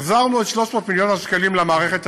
החזרנו את 300 מיליון השקלים למערכת עצמה,